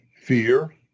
fear